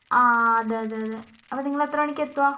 ആ അതെ അതെ അതെ അപ്പം നിങ്ങളെത്ര മണിയ്ക്കാണ് എത്തുക